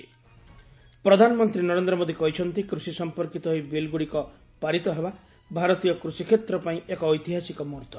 ପ୍ରଧାନମନ୍ତ୍ରୀ ନରେନ୍ଦ୍ର ମୋଦି କହିଛନ୍ତି କୃଷି ସମ୍ପର୍କିତ ଏହି ବିଲ୍ଗୁଡିକ ପାରିତ ହେବା ଭାରତୀୟ କୃଷିକ୍ଷେତ୍ର ପାଇଁ ଏକ ଐତିହାସିକ ମୁହୁର୍ତ